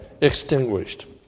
extinguished